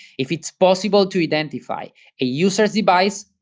if it's possible to identify a user's device,